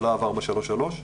בלה"ב 433,